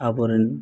ᱟᱵᱚᱨᱮᱱ